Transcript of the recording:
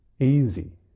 easy